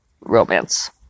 romance